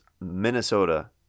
Minnesota